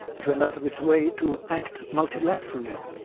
it went out of its way to act multilaterally,